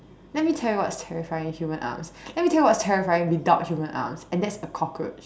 let me tell you what is terrifying with human arms let me tell you what's terrifying without human arms and that's a cockroach